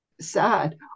sad